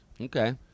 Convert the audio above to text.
Okay